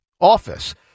office